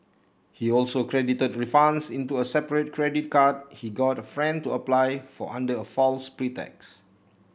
he also credited refunds into a separate credit card he got a friend to apply for under a false pretext